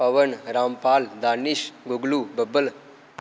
पवन रामपाल दानिश गूगलू बबल